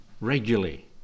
regularly